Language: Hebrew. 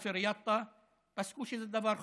מסאפר-יטא, פסקו שזה דבר חוקי,